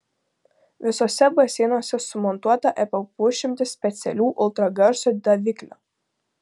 visuose baseinuose sumontuota apie pusšimtis specialių ultragarso daviklių